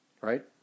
right